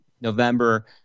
November